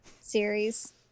series